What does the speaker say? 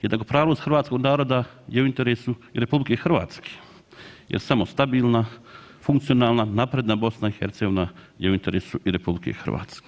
Jednakopravnost hrvatskog naroda je u interesu i RH jer samo stabilna, funkcionalna, napredna BiH je u interesu i RH.